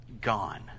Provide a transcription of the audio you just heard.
gone